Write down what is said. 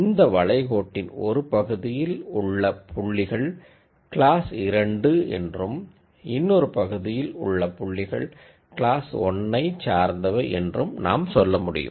இந்த வளை கோட்டின் ஒருபகுதியில் உள்ள புள்ளிகள் கிளாஸ் 2 என்றும் இன்னொரு பகுதியில் உள்ள புள்ளிகள் கிளாஸ் 1 ஐ சார்ந்தவை என்றும் நாம் சொல்ல முடியும்